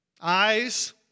Eyes